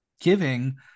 giving